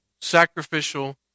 Sacrificial